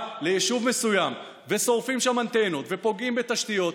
ליישוב מסוים ושורפים שם אנטנות ופוגעים בתשתיות,